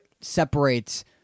separates